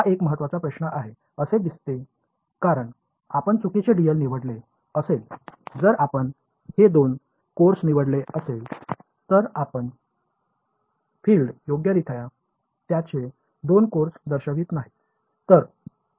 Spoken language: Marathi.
हा एक महत्वाचा प्रश्न आहे असे दिसते कारण आपण चुकीचे dl निवडले असेल जर आपण हे दोन कोर्स निवडले असेल तर आपण फील्ड योग्यरित्या त्याचे दोन कोर्स दर्शवत नाही